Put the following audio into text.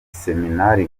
iseminari